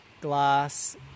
glass